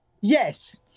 Yes